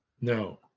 No